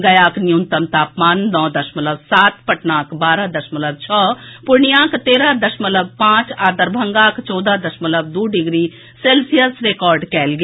गयाक न्यूनतम तापमान नओ दशमलव सात पटनाक बारह दशमलव छओ पूर्णियांक तेरह दशमलव पांच आ दरभंगाक चौदह दशमलव दू डिग्री सेल्सियस रिकॉर्ड कयल गेल